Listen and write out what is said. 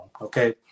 Okay